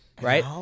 Right